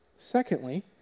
Secondly